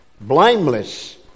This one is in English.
Blameless